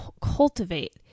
cultivate